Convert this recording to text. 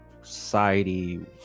society